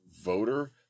voter